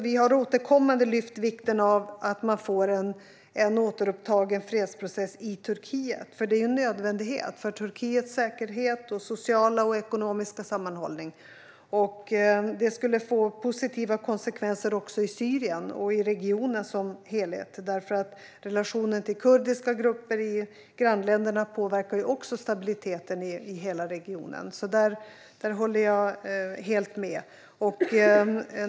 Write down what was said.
Vi har återkommande lyft fram vikten av att man får en återupptagen fredsprocess i Turkiet. Det är en nödvändighet för Turkiets säkerhet och sociala och ekonomiska sammanhållning. Det skulle få positiva konsekvenser också i Syrien och i regionen som helhet. Relationen till kurdiska grupper i grannländerna påverkar nämligen också stabiliteten i hela regionen. Där håller jag alltså helt med Amineh Kakabaveh.